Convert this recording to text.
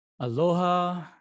Aloha